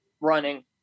running